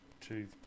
two